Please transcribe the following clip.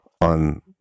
on